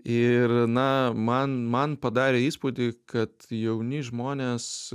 ir na man man padarė įspūdį kad jauni žmonės